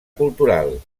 cultural